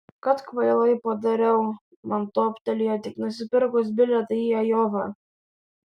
kad kvailai padariau man toptelėjo tik nusipirkus bilietą į ajovą